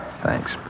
Thanks